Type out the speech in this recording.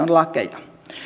lakeja